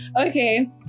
okay